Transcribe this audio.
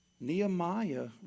Nehemiah